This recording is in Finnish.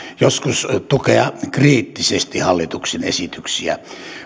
joskus tukea kriittisesti hallituksen esityksiä